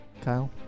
Kyle